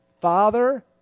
Father